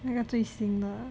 那个最新的